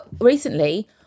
recently